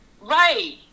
Right